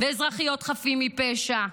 ואזרחיות חפים מפשע?